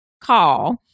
call